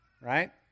right